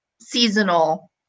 seasonal